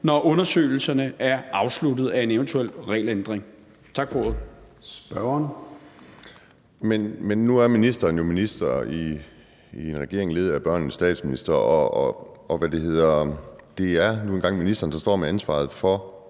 når undersøgelserne af en eventuel regelændring